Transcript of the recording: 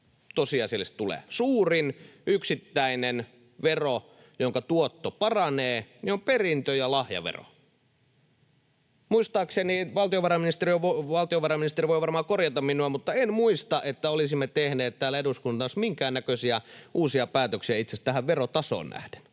tosiasiallisesti tulee. Suurin yksittäinen vero, jonka tuotto paranee, on perintö- ja lahjavero. Muistaakseni... Valtiovarainministeri voi varmaan korjata minua, mutta en muista, että olisimme tehneet täällä eduskunnassa itse asiassa minkäännäköisiä uusia päätöksiä tähän verotasoon nähden.